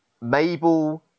Mabel